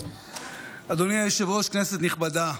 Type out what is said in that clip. אדוני היושב-ראש, כנסת נכבדה,